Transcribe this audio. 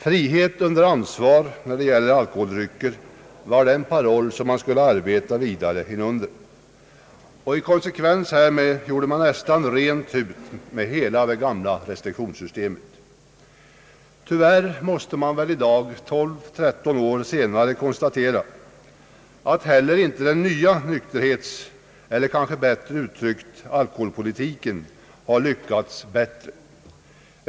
Frihet under ansvar när det gäller alkoholdrycker var den paroll under vilken man skulle arbeta vidare. I konsekvens härmed gjorde man nästan rent hus med hela det gamla restriktionssystemet. Tyvärr måste man väl i dag, 12—13 år senare, konstatera att inte heller den nya alkoholpolitiken har lyckats bättre.